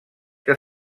que